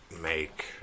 make